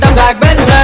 back bencher.